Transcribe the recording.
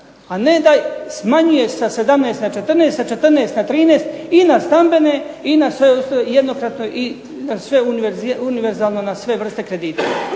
a ne da smanjuje sa 17 na 14, sa 14 na 13 i na stambene i jednokratno i univerzalno na sve vrste kredita.